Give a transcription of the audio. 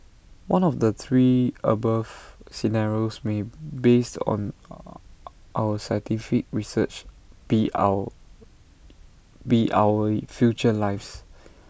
one of the three above scenarios may based on our scientific research be our be our future lives